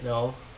you know